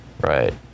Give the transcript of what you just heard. Right